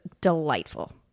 delightful